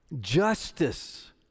Justice